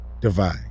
divide